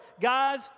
Guys